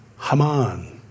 Haman